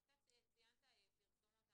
אתה ציינת פרסומות.